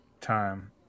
time